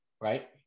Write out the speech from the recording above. right